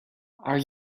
are